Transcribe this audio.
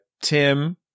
Tim